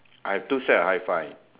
I have two set of hi-fi